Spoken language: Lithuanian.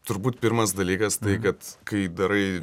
turbūt pirmas dalykas tai kad kai darai